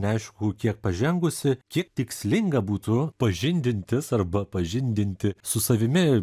neaišku kiek pažengusi kiek tikslinga būtų pažindintis arba pažindinti su savimi